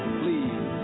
please